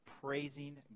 praising